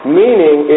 meaning